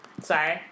Sorry